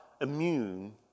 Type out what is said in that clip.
immune